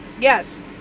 Yes